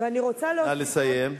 נא לסיים.